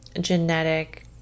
genetic